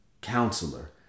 Counselor